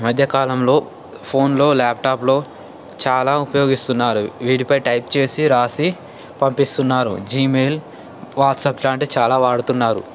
మధ్యకాలంలో ఫోన్లో ల్యాప్టాప్లో చాలా ఉపయోగిస్తున్నారు వీటిపై టైప్ చేసి రాసి పంపిస్తున్నారు జిమెయిల్ వాట్సాప్లో అంటే చాలా వాడుతున్నారు